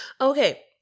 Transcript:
okay